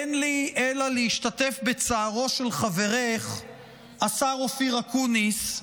אין לי אלא להשתתף בצערו של חברך השר אופיר אקוניס,